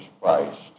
Christ